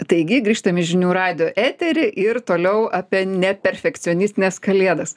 taigi grįžtam į žinių radijo eterį ir toliau apie neperfekcionistines kalėdas